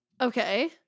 Okay